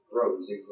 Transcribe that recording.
grows